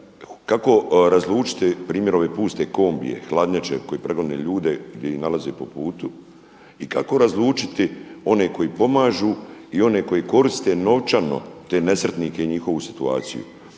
kako razlučiti primjer ove puste kombije, hladnjače koja progoni ljude gdje ih nalaze po putu i kako razlučiti one koji pomažu i oni koji koriste novčano te nesretnike i njihovu situaciju.